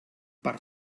per